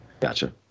Gotcha